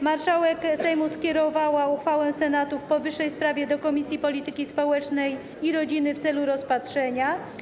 Marszałek Sejmu skierowała uchwałę Senatu w powyższej sprawie do Komisji Polityki Społecznej i Rodziny w celu rozpatrzenia.